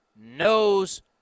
knows